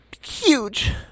Huge